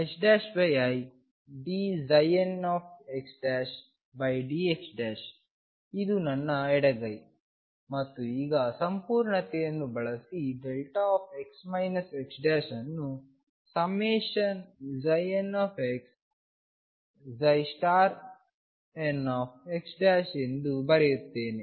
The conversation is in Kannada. x xdxidnxdxಇದು ನನ್ನ ಎಡಗೈ ಮತ್ತು ಈಗ ಸಂಪೂರ್ಣತೆಯನ್ನು ಬಳಸಿ δx xಅನ್ನು ∑nxnx ಎಂದು ಬರೆಯುತ್ತೇನೆ